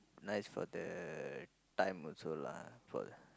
nice for the time also lah